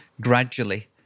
gradually